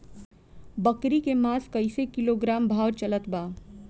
बकरी के मांस कईसे किलोग्राम भाव चलत बा?